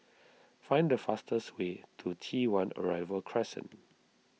find the fastest way to T one Arrival Crescent